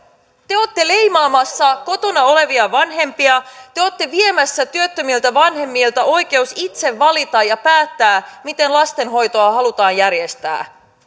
te te olette leimaamassa kotona olevia vanhempia te te olette viemässä työttömiltä vanhemmilta oikeuden itse valita ja päättää miten lastenhoitoa halutaan järjestää